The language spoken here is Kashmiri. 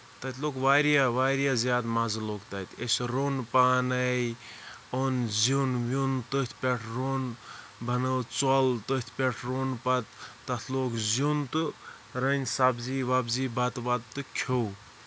تَتہِ لوٚگ واریاہ واریاہ زیادٕ مَزٕ لوٚگ تَتہِ اسہِ روٚن پانے اوٚن زیُن ویُن تٔتھۍ پٮ۪ٹھ روٚن بَنٲوو ژوٚل تٔتھۍ پٮ۪ٹھ روٚن پَتہٕ تَتھ لوٚگ زیُن تہٕ رٔنۍ سَبزی وَبزی بَتہٕ وَتہٕ تہٕ کھیٚو